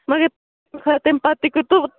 مگر تَمہِ پَتہٕ تہِ